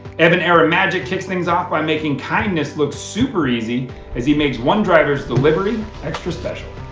evan era magic kicks things off by making kindness looks super easy as he makes one driver's delivery extra special.